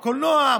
לקולנוע,